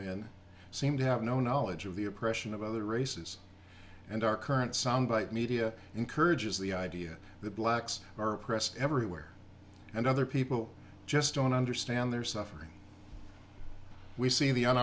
men seem to have no knowledge of the oppression of other races and our current sound bite media encourages the idea that blacks are oppressed everywhere and other people just don't understand their suffering we see the